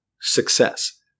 success